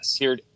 Yes